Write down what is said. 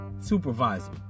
supervisor